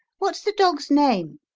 what's the dog's name?